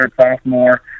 sophomore